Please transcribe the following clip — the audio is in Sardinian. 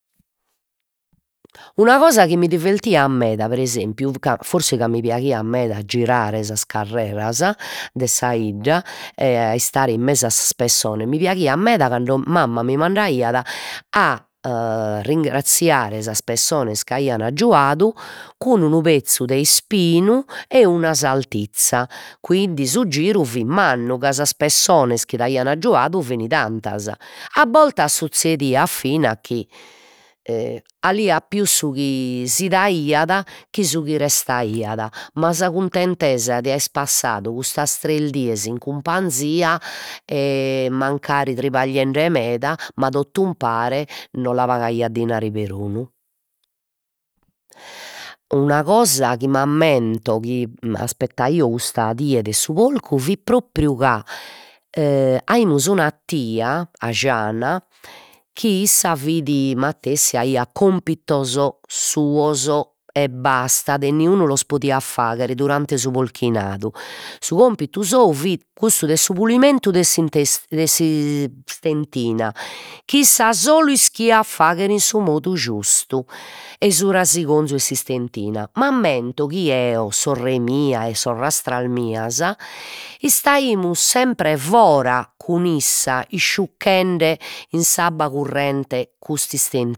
Una cosa chi mi divertiat meda pre esempiu, ca forsi ca mi piaghiat meda a girare sas carreras de sa 'idda a istare in mesu a sas pessonas, mi piaghiat meda cando mamma mi mandaiat a rengrassiare sas pessonas c'aian aggiuadu cun d'unu pezzu de ispinu e una sartizza, quindi su giru fit mannu ca sas pessonas chi t'aian aggiuadu fin tantas, a bortas suzzediat fina chi 'aliat pius su chi si daiat chi su chi restaiat, ma sa cuntentesa de aer passadu custas tres dies in cumpanzia mancari tribagliende meda, ma tot'umpare non la pagaiat dinari perunu. Una cosa chi m'ammento chi aspettaio custa die de su porcu fit propriu ca aimus una tia 'ajana chi issa fit matessi, aiat compitos suos, e basta e niunu los podiat fagher durante su polchinadu, su compitu sou fit cussu de su pulimentu de de si istentina chi issa solu ischiat fagher in su modu giustu e su rasigonzu 'e s'istentina, m'ammento chi eo, sorre mia e mias istaimus sempre fora cun issa isciucchende in s'abba currente cust'isten